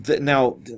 now